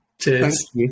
cheers